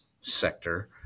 sector